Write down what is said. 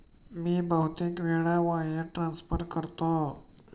मी बहुतेक वेळा wire transfer करतो